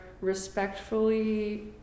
respectfully